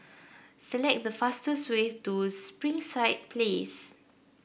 select the fastest way to Springside Place